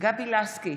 גבי לסקי,